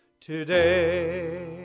today